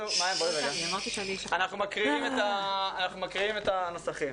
אנחנו קוראים את הנוסחים.